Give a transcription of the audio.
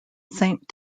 saint